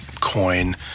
coin